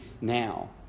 now